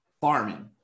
farming